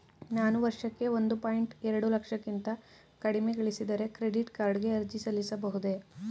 ನಾನು ವರ್ಷಕ್ಕೆ ಒಂದು ಪಾಯಿಂಟ್ ಎರಡು ಲಕ್ಷಕ್ಕಿಂತ ಕಡಿಮೆ ಗಳಿಸಿದರೆ ಕ್ರೆಡಿಟ್ ಕಾರ್ಡ್ ಗೆ ಅರ್ಜಿ ಸಲ್ಲಿಸಬಹುದೇ?